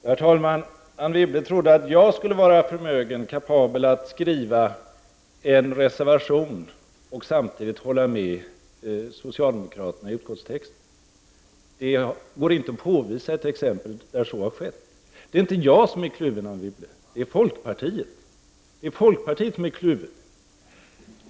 Herr talman! Anne Wibble trodde att jag skulle vara kapabel att skriva en reservation och samtidigt hålla med socialdemokraterna i utskottstexten. Det går inte att påvisa ett exempel där så har skett. Det är inte jag som är kluven, Anne Wibble, det är folkpartiet som är kluvet.